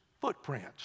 footprints